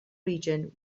region